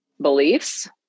beliefs